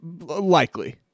Likely